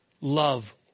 love